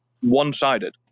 one-sided